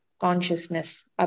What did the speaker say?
consciousness